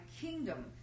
kingdom